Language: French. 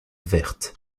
verte